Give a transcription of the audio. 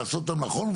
לעשות אותם נכון,